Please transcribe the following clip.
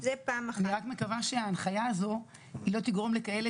אני רק מקווה שההנחיה הזו לא תגרום לכאלה